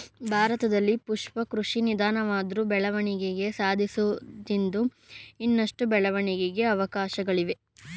ಭಾರತದಲ್ಲಿ ಪುಷ್ಪ ಕೃಷಿ ನಿಧಾನವಾದ್ರು ಬೆಳವಣಿಗೆ ಸಾಧಿಸುತ್ತಿದ್ದು ಇನ್ನಷ್ಟು ಬೆಳವಣಿಗೆಗೆ ಅವಕಾಶ್ಗಳಿವೆ